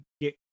get